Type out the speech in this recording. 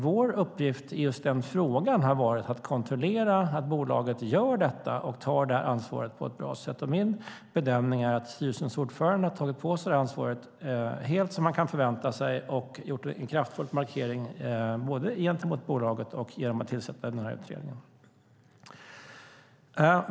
Vår uppgift i just denna fråga har varit att kontrollera att bolaget gör detta och tar ansvar på ett bra sätt, och min bedömning är att styrelsens ordförande har tagit på sig detta ansvar helt som man kan förvänta sig och gjort en kraftfull markering, både gentemot bolaget och genom att tillsätta utredningen.